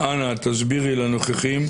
אנא תסבירי לנוכחים,